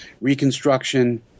reconstruction